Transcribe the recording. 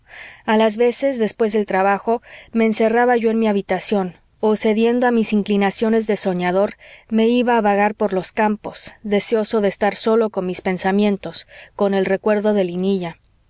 a las veces después del trabajo me encerraba yo en mi habitación o cediendo a mis inclinaciones de soñador me iba a vagar por los campos deseoso de estar solo con mis pensamientos con el recuerdo de linilla